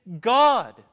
God